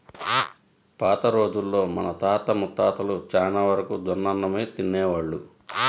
పాత రోజుల్లో మన తాత ముత్తాతలు చానా వరకు జొన్నన్నమే తినేవాళ్ళు